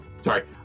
sorry